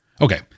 Okay